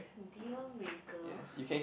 deal maker